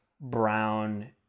brown